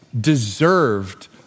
deserved